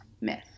myth